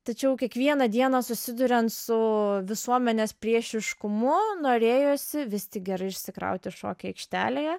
tačiau kiekvieną dieną susiduriant su visuomenės priešiškumu norėjosi vis tik gerai išsikrauti šokių aikštelėje